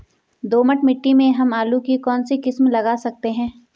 दोमट मिट्टी में हम आलू की कौन सी किस्म लगा सकते हैं?